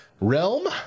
realm